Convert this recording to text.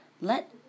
Let